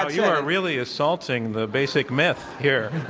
ah you are really assaulting the basic myth here.